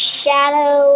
shadow